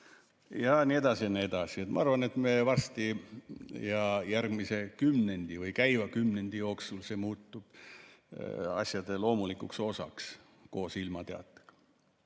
Ja nii edasi, ja nii edasi. Ma arvan, et varsti, järgmise kümnendi või käiva kümnendi jooksul see muutub asjade loomulikuks osaks koos ilmateatega.